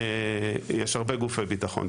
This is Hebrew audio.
יש הרבה גופי ביטחון,